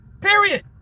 Period